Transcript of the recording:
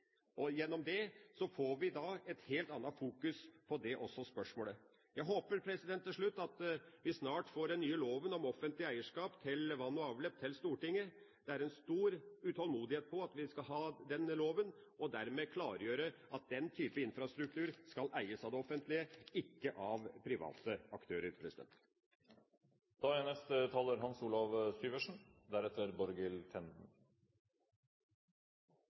kvaliteten. Gjennom det får vi et helt annet fokus også på det spørsmålet. Jeg håper at vi snart får den nye loven om offentlig eierskap til vann og avløp til Stortinget. Det er en stor utålmodighet når det gjelder å få denne loven, og dermed klargjøre at den type infrastruktur skal eies av det offentlige, ikke av private aktører. Først vil jeg si at mitt innlegg gjelder begge finanskomiteens saker. Da skal jeg først si at også når det gjelder neste